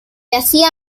hacia